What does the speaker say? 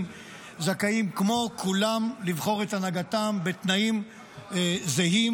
זכאים כמו כולם לבחור את הנהגתם בתנאים זהים.